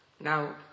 Now